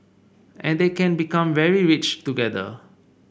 and they can become very rich together